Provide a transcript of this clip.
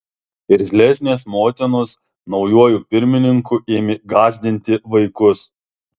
irzlesnės motinos naujuoju pirmininku ėmė gąsdinti vaikus